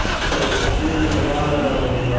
so there was a lot of